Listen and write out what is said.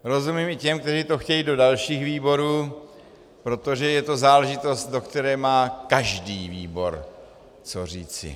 Rozumím i těm, kteří to chtějí do dalších výborů, protože je to záležitost, do které má každý výbor co říci.